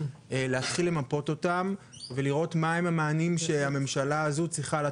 להתחיל למפות אותם ולראות מה הם המענים שהממשלה הזו צריכה ויכולה